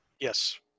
Yes